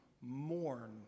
mourn